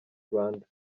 rwanda